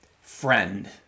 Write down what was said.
friend